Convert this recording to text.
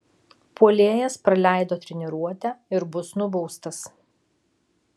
puolėjas praleido treniruotę ir bus nubaustas